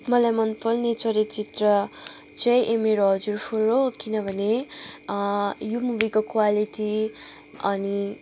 मलाई मन पर्ने चलचित्र चाहिँ ए मेरो हजुर फोर हो किनभने यो मुभीको क्वालिटी अनि